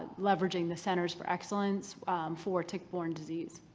leveraging the centers for excellence for tick-borne disease.